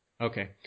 Okay